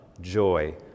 joy